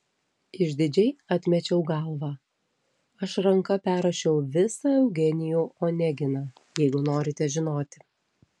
išdidžiai atmečiau galvą aš ranka perrašiau visą eugenijų oneginą jeigu norite žinoti